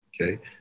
okay